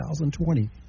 2020